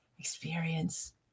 experience